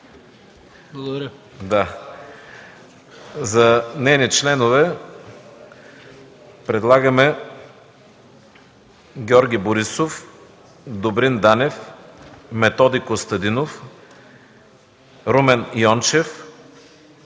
За нейни членове предлагаме: Георги Борисов, Добрин Данев, Методи Костадинов, Румен Йончев,